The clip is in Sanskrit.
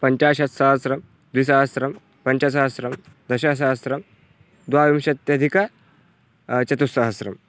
पञ्चाशत्सहस्रं द्विसहस्रं पञ्चसहस्रं दशसहस्रं द्वाविंशत्यधिकं चतुस्सहस्रम्